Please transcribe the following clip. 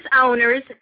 owners